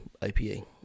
IPA